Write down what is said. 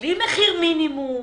בלי מחיר מינימום.